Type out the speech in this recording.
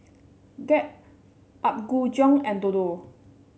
Gap Apgujeong and Dodo